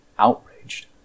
outraged